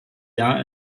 jahr